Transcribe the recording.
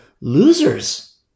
Losers